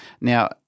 Now